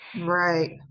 Right